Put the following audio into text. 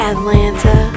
Atlanta